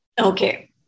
Okay